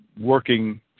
working